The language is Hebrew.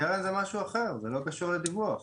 קרן זה משהו אחר, זה לא קשור לדיווח.